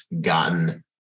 gotten